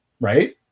right